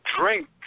drink